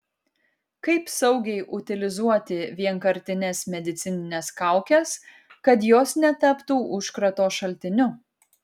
kaip saugiai utilizuoti vienkartines medicinines kaukes kad jos netaptų užkrato šaltiniu